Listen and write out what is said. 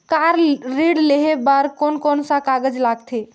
Car ऋण लेहे बार कोन कोन सा कागज़ लगथे?